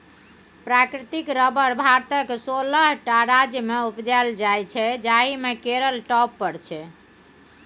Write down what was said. प्राकृतिक रबर भारतक सोलह टा राज्यमे उपजाएल जाइ छै जाहि मे केरल टॉप पर छै